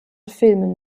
filmen